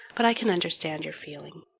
but i can understand your feeling.